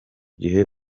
gihe